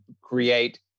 create